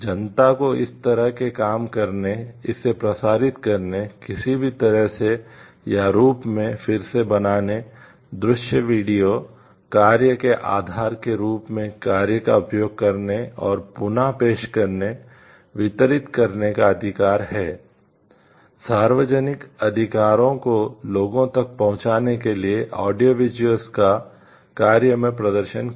जनता को इस तरह के काम करने इसे प्रसारित करने किसी भी तरह से या रूप में फिर से बनाने दृश्य वीडियो कार्य में प्रदर्शन किया